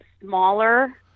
smaller